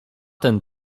ten